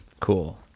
Cool